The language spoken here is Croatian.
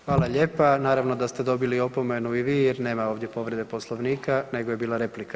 Hvala lijepa, naravno da ste dobili opomenu i vi jer nema ovdje povrede Poslovnika nego je bila replika.